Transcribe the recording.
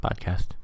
podcast